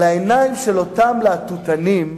על העיניים של אותם להטוטנים,